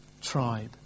tribe